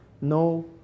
no